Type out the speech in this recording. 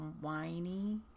whiny